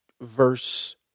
verse